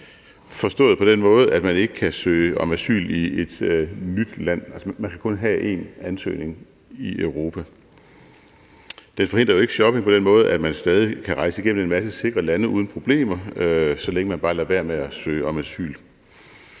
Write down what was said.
forstået på den måde, at man ikke kan søge om asyl i et nyt land – man kan kun have én ansøgning i Europa. Den forhindrer jo ikke shopping på den måde, at man stadig kan rejse igennem en masse sikre lande uden problemer, så længe man bare lader være med at søge om asyl.